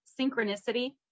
synchronicity